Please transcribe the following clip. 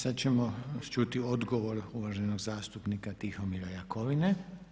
Sada ćemo čuti odgovor uvaženog zastupnika Tihomira Jakovine.